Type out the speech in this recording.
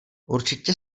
určitě